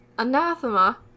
Anathema